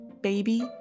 baby